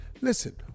Listen